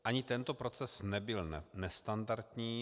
Ani tento proces nebyl nestandardní.